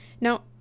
Now